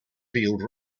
field